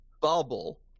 bubble